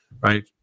right